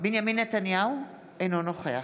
בנימין נתניהו, אינו נוכח